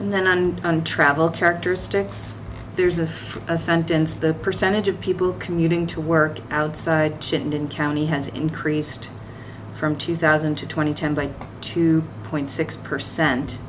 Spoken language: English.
and then and travel characteristics there's a sentence the percentage of people commuting to work outside shouldn't county has increased from two thousand to twenty ten by two point six percent